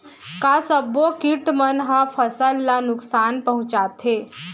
का सब्बो किट मन ह फसल ला नुकसान पहुंचाथे?